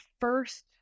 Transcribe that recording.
first